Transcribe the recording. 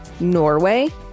Norway